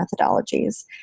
methodologies